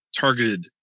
targeted